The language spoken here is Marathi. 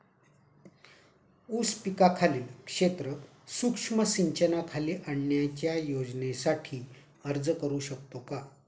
ऊस पिकाखालील क्षेत्र सूक्ष्म सिंचनाखाली आणण्याच्या योजनेसाठी अर्ज करू शकतो का?